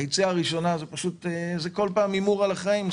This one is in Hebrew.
היציאה הראשונה זה כל פעם הימור על החיים,